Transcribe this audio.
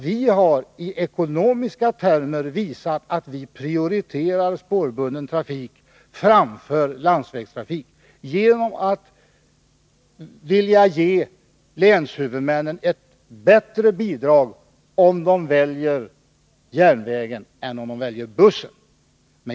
Vi har i ekonomiska termer visat att vi prioriterar spårbunden trafik framför landsvägstrafik genom att vilja ge länshuvudmännen ett bättre bidrag om de väljer järnvägen än om de väljer bussen.